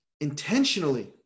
intentionally